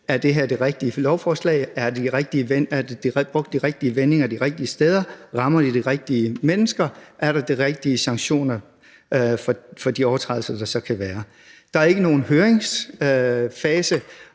Er det her det rigtige lovforslag? Er der brugt de rigtige vendinger de rigtige steder? Rammer det de rigtige mennesker? Er der de rigtige sanktioner for de overtrædelser, der så kan være? Der er ikke nogen høringsfase,